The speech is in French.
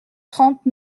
trente